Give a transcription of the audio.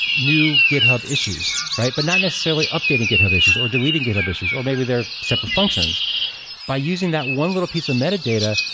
new github issues, right? but not necessarily updating github issues, or deleting github issues. or maybe they're separate functions by using that one little piece of metadata,